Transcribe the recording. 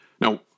Now